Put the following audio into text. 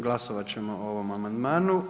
Glasovat ćemo o ovom amandmanu.